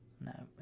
no